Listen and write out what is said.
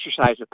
exercise